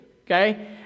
okay